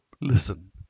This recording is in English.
listen